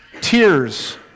Tears